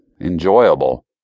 enjoyable